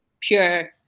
pure